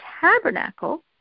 tabernacle